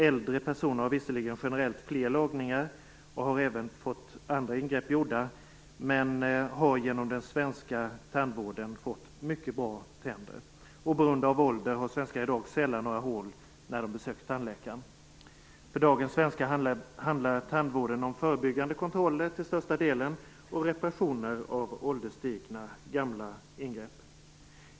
Äldre personer har visserligen generellt fler lagningar och har även fått andra ingrepp gjorda, men har genom den svenska tandvården fått mycket bra tänder. Oberoende av ålder har svenskar i dag sällan några hål när de besöker tandläkaren. För dagens svenskar handlar tandvården till största delen om förebyggande kontroller och reparationer av ålderstigna gamla ingrepp.